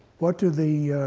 what do the